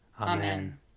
Amen